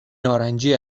نارنجی